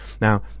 Now